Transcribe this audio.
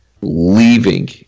leaving